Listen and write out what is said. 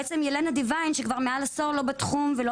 בעצם ילנה דיוואיין שכבר מעל עשור לא בתחום ולא